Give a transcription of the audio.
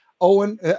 Owen